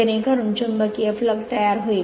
जेणेकरून चुंबकीय फ्लक्स तयार होईल